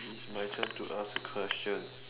it's my turn to ask a question